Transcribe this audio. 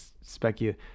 speculate